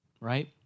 right